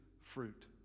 fruit